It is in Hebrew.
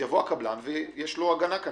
יבוא הקבלן ויש לו הגנה כאן.